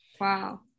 Wow